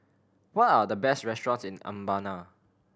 what are the best restaurants in Mbabana